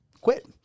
quit